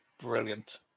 brilliant